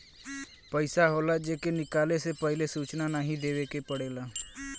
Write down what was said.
पइसा होला जे के निकाले से पहिले सूचना नाही देवे के पड़ेला